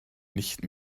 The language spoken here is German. nicht